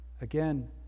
again